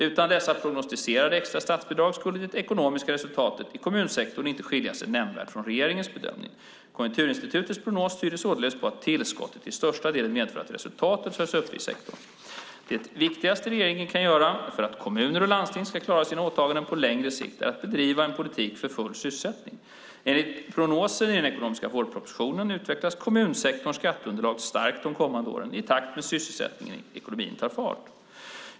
Utan dessa prognostiserade extra statsbidrag skulle det ekonomiska resultatet i kommunsektorn inte skilja sig nämnvärt från regeringens bedömning. Konjunkturinstitutets prognos tyder således på att tillskottet till största delen medför att resultatet hålls uppe i sektorn. Det viktigaste regeringen kan göra för att kommuner och landsting ska klara sina åtaganden på längre sikt är att bedriva en politik för full sysselsättning. Enligt prognosen i den ekonomiska vårpropositionen utvecklas kommunsektorns skatteunderlag starkt de kommande åren i takt med att sysselsättningen i ekonomin tar fart.